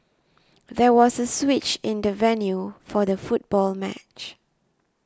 there was a switch in the venue for the football match